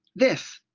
this!